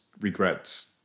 regrets